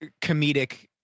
comedic